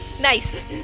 Nice